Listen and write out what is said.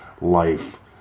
life